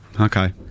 Okay